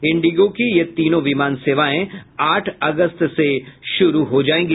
Indigo की ये तीनों विमान सेवाएं आठ अगस्त से शुरू की जायेगी